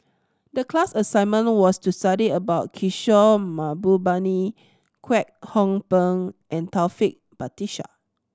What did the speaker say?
the class assignment was to study about Kishore Mahbubani Kwek Hong Png and Taufik Batisah